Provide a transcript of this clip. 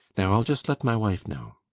now i'll just let my wife know